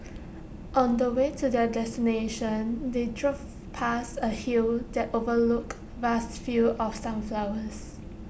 on the way to their destination they drove past A hill that overlooked vast fields of sunflowers